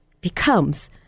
Becomes